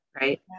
right